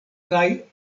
kaj